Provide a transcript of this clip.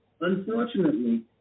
unfortunately